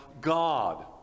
God